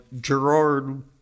Gerard